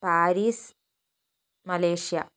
Paris Malaysia